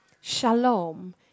Shalom